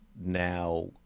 now